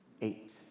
Eight